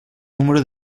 número